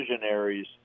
visionaries